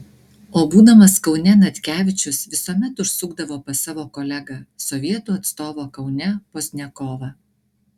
o būdamas kaune natkevičius visuomet užsukdavo pas savo kolegą sovietų atstovą kaune pozdniakovą